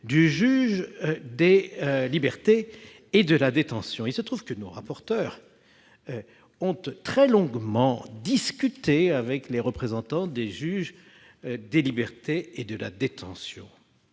du juge des libertés et de la détention. Il se trouve que nos rapporteurs ont très longuement discuté avec les représentants des juges des libertés et de la détention.